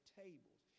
tables